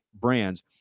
brands